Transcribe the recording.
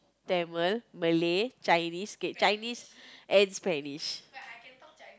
Tamil Malay Chinese okay Chinese and Spanish